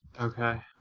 Okay